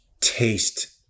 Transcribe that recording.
taste